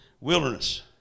Wilderness